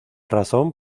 razón